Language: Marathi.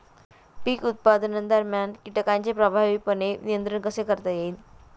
पीक उत्पादनादरम्यान कीटकांचे प्रभावीपणे नियंत्रण कसे करता येईल?